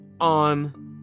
on